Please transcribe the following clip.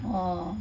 hor